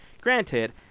Granted